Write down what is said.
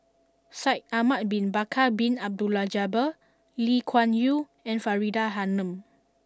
Shaikh Ahmad Bin Bakar Bin Abdullah Jabbar Lee Kuan Yew and Faridah Hanum